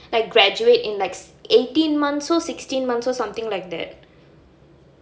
like graduate in like eighteen months so sixteen months something like that